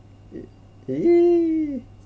!ee!